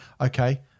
okay